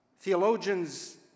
Theologians